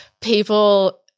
people